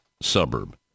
suburb